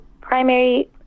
primary